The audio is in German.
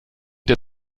der